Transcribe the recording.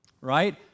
right